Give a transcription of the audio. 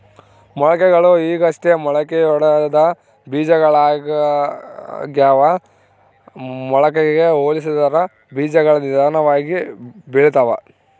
ಮೊಳಕೆಗಳು ಈಗಷ್ಟೇ ಮೊಳಕೆಯೊಡೆದ ಬೀಜಗಳಾಗ್ಯಾವ ಮೊಳಕೆಗೆ ಹೋಲಿಸಿದರ ಬೀಜಗಳು ನಿಧಾನವಾಗಿ ಬೆಳಿತವ